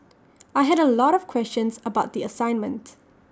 I had A lot of questions about the assignment